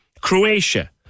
Croatia